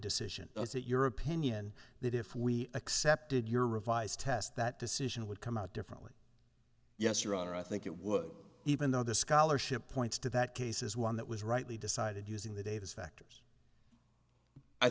decision is it your opinion that if we accepted your revised test that decision would come out differently yes your honor i think it would even though the scholarship points to that case is one that was rightly decided using the devas factors i